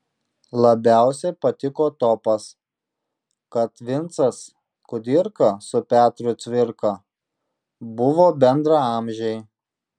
labiausiai patiko topas kad vincas kudirka su petru cvirka buvo bendraamžiai